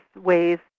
ways